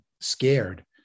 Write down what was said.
scared